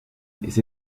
ist